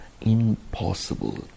impossible